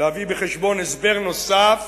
להביא בחשבון הסבר נוסף